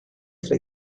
tra